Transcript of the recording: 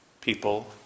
people